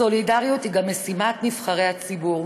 סולידריות היא גם משימת נבחרי הציבור.